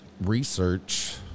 research